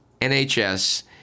NHS